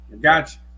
gotcha